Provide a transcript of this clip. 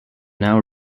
now